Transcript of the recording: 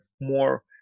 more